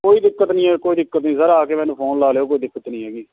ਕੋਈ ਦਿੱਕਤ ਨੀ ਹੈ ਕੋਈ ਦਿੱਕਤ ਨੀ ਸਰ ਆ ਕੇ ਮੈਨੂੰ ਫ਼ੋਨ ਲਾ ਲਿਓ ਕੋਈ ਦਿੱਕਤ ਨੀ ਹੈਗੀ